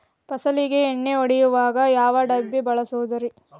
ಫಸಲಿಗೆ ಎಣ್ಣೆ ಹೊಡೆಯಲು ಯಾವ ಡಬ್ಬಿ ಬಳಸುವುದರಿ?